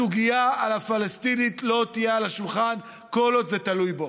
הסוגיה הפלסטינית לא תהיה על השולחן כל עוד זה תלוי בו.